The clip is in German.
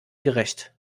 gerecht